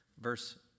Verse